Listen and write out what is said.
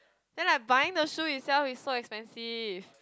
then like buying the shoes itself is so expensive